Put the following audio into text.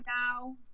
now